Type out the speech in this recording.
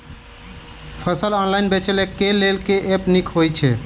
फसल ऑनलाइन बेचै केँ लेल केँ ऐप नीक होइ छै?